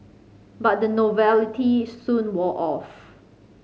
but the novelty soon wore off